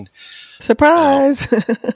Surprise